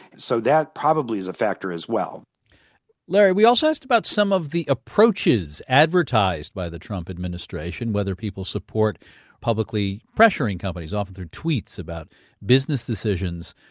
so that probably is a factor as well larry, we also asked about some of the approaches advertised by the trump administration, whether people support publicly pressuring companies off their tweets about business decisions.